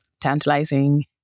tantalizing